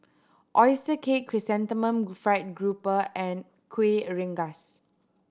oyster cake Chrysanthemum Fried Grouper and Kueh Rengas